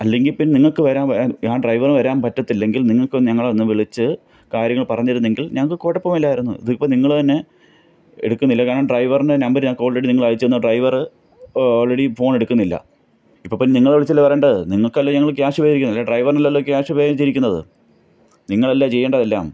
അല്ലെങ്കിൽ പിന്നെ നിങ്ങൾക്ക് വരാൻ ആ ഡ്രൈവറിന് വരാൻ പറ്റത്തില്ലെങ്കിൽ നിങ്ങൾക്ക് ഒന്ന് ഞങ്ങളെ ഒന്ന് വിളിച്ച് കാര്യങ്ങൾ പറഞ്ഞിരുന്നെങ്കിൽ ഞങ്ങൾക്ക് കുഴപ്പമൊന്നും ഇല്ലായിരുന്നു ഇതിപ്പോൾ നിങ്ങളുതന്നെ എടുക്കുന്നില്ല കാരണം ഡ്രൈവറിൻ്റെ നമ്പർ ആൾറെഡി നിങ്ങൾ അയച്ചുതന്നു ആ ഡ്രൈവർ ആൾറെഡി ഫോൺ എടുക്കുന്നില്ല ഇപ്പോൾ പിന്നെ നിങ്ങൾ വിളിച്ചല്ലേ പറയേണ്ടത് നിങ്ങൾക്കല്ലേ ഞങ്ങൾ ക്യാഷ് പേ ചെയ്തിരിക്കുന്നത് അല്ലാതെ ഡ്രൈവറിനല്ലല്ലോ ക്യാഷ് പേ ചെയ്തിരിക്കുന്നത് നിങ്ങളല്ലേ ചെയ്യേണ്ടതെല്ലാം